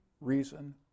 reason